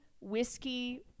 whiskey